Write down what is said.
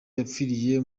yapfiriye